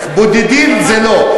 בודדים זה לא.